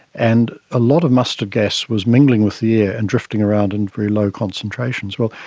and a lot of mustard gas was mingling with the ah and drifting around in very low concentrations. well,